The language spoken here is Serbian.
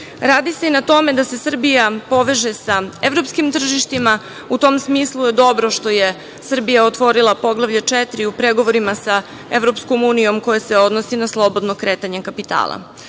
Radi se i na tome da se Srbija poveže sa evropskim tržištima. U tom smislu je dobro što je Srbija otvorila Poglavlje 4 u pregovorima sa EU, koje se odnosi na slobodno kretanje kapitala. Zbog